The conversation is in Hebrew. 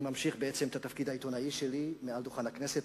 אני ממשיך בעצם בתפקיד העיתונאי שלי מעל דוכן הכנסת,